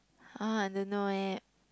!huh! I don't know eh